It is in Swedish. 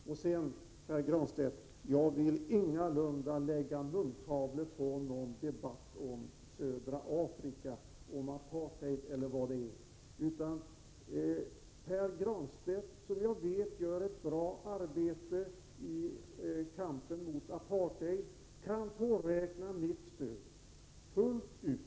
Slutligen, Pär Granstedt: Jag vill ingalunda lägga munkavle på någon debatt om södra Afrika, om apartheid e. d. Pär Granstedt, som jag vet gör ett bra arbete i kampen mot apartheid, kan påräkna mitt stöd fullt ut.